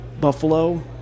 Buffalo